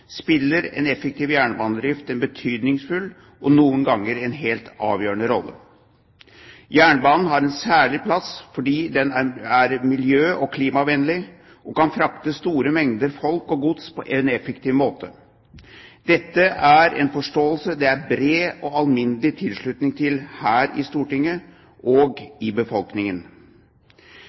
spiller en effektiv jernbanedrift en betydningsfull og noen ganger en helt avgjørende rolle. Jernbanen har en særlig plass fordi den er miljø- og klimavennlig og kan frakte store mengder folk og gods på en effektiv måte. Dette er en forståelse det er bred og alminnelig tilslutning til her i Stortinget og i befolkningen.